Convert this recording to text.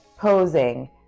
posing